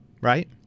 right